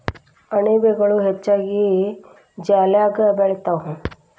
ಅಣಬೆಗಳು ಹೆಚ್ಚಾಗಿ ಜಾಲ್ಯಾಗ ಬೆಳಿತಾವ